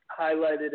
highlighted